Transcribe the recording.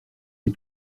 les